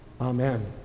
Amen